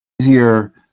easier